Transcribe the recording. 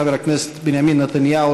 חבר הכנסת בנימין נתניהו,